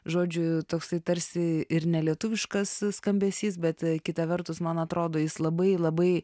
žodžiu toksai tarsi ir nelietuviškas skambesys bet kita vertus man atrodo jis labai labai